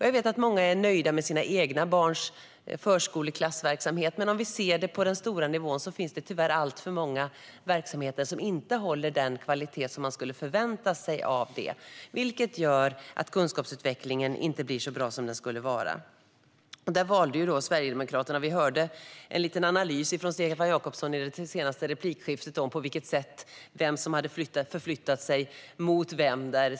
Jag vet att många är nöjda med sina egna barns förskoleklassverksamhet, men om vi tittar på den stora bilden märker vi att det tyvärr finns alltför många verksamheter som inte håller den kvalitet som man skulle förvänta sig av dem. Detta gör att kunskapsutvecklingen inte blir så bra som den borde vara. I det senaste replikskiftet hörde vi en liten analys från Stefan Jakobsson om vem som hade förflyttat sig mot vem.